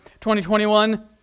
2021